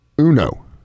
Uno